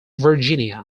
virginia